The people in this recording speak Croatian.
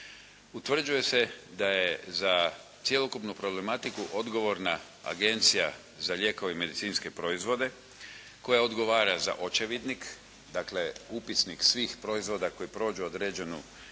Utvrđuje se da je za cjelokupnu problematiku odgovorna agencija za lijekove i medicinske proizvode koja odgovara za očevidnik, dakle upisnik svih proizvoda koji prođu određenu